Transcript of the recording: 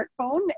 smartphone